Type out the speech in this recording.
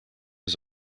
his